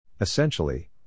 Essentially